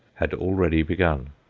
had already begun.